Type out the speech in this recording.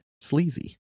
Sleazy